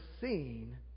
seen